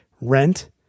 rent